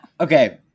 Okay